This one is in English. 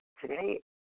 today